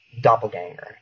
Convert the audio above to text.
doppelganger